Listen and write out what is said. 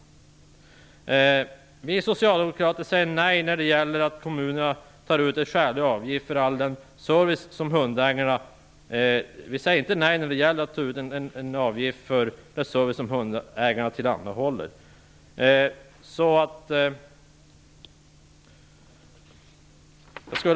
Vi socialdemokrater säger inte nej till att kommunerna tar ut en avgift för den service som hundägarna tillhandahålles.